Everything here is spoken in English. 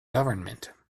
government